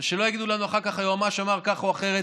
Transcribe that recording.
ושלא יגידו לנו אחר כך שהיועמ"ש אמר כך או אחרת,